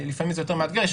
לפעמים זה יותר מאתגר.